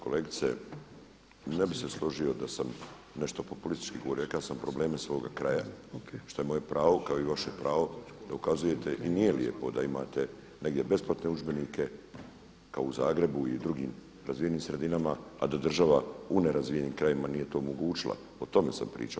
Kolegice, ne bih se složio da sam nešto populistički govorio, rekao sam probleme svoga kraja što je moje pravo kao i vaše pravo da ukazujete i nije lijepo da imate negdje besplatne udžbenike kao u Zagrebu i drugim razvijenim sredinama a da država u nerazvijenim krajevima nije to omogućila, o tome sam pričao.